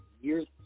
years